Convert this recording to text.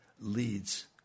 leads